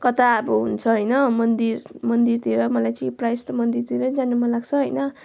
कता अब हुन्छ होइन मन्दिर मन्दिरतिर मलाई चाहिँ प्रायः यमस्तो मन्दिरतिरै जानु मन लाग्छ होइन